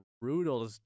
brutal